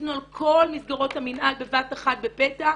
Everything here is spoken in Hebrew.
שעשינו על כל מסגרות המנהל בבת אחת בפתע.